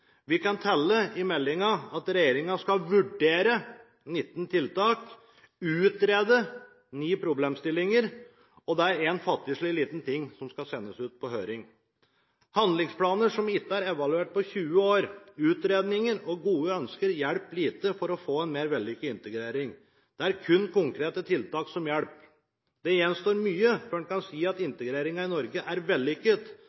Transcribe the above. Vi kan i meldingen telle: Regjeringen skal vurdere 19 tiltak, utrede ni problemstillinger og sende ut på høring én fattigslig liten ting. Handlingsplaner som ikke er evaluert på 20 år, utredninger og gode ønsker hjelper lite for å få en mer vellykket integrering. Det er kun konkrete tiltak som hjelper. Det gjenstår mye før en kan si at